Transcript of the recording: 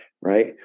right